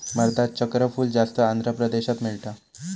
भारतात चक्रफूल जास्त आंध्र प्रदेशात मिळता